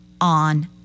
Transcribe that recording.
on